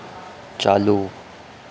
चालू